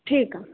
ठीकु आहे